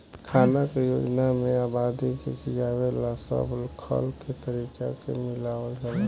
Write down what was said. खाना के योजना में आबादी के खियावे ला सब खल के तरीका के मिलावल जाला